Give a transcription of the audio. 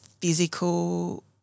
physical